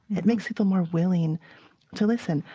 it makes people more willing to listen.